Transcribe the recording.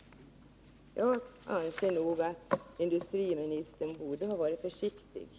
Jag anser nog, herr talman, att industriministern borde ha varit försiktigare.